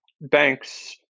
banks